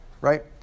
right